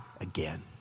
again